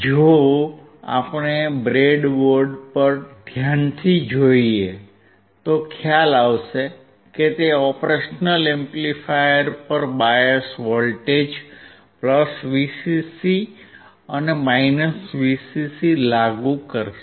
જો આપણે બ્રેડબોર્ડ પર ધ્યાનથી જોઇએ તો ખ્યાલ આવશે કે તે ઓપરેશનલ એમ્પ્લીફાયર પર બાયસ વોલ્ટેજ VCC અને VCC લાગુ કરશે